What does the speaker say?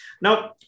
Now